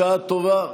בשעה טובה,